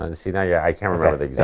and see, now yeah i can't remember the